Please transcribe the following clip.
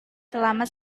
selama